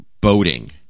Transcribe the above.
boating